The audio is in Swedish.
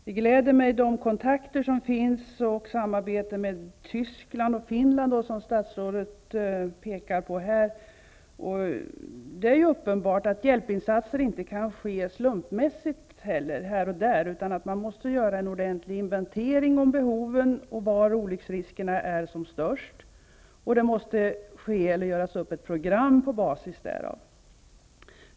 De kontakter och det samarbete som förekommer med Tyskland och Finland och som statsrådet här pekade på gläder mig. Det är uppenbart att hjälpinsatser inte kan göras slumpmässigt här och där, utan man måste göra en ordentlig inventering av behoven och av var olycksriskerna är störst, och det måste göras upp ett program på basis av det.